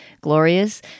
glorious